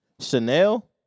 Chanel